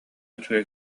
үчүгэй